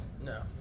No